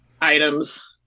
items